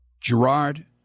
Gerard